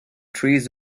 trees